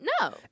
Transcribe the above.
no